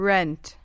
Rent